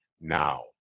now